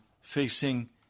facing